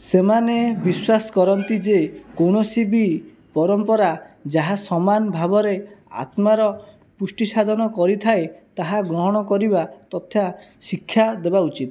ସେମାନେ ବିଶ୍ୱାସ କରନ୍ତି ଯେ କୌଣସି ବି ପରମ୍ପରା ଯାହା ସମାନ ଭାବରେ ଆତ୍ମାର ପୁଷ୍ଟିସାଧନ କରିଥାଏ ତାହା ଗ୍ରହଣ କରିବା ତଥା ଶିକ୍ଷା ଦେବା ଉଚିତ